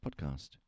Podcast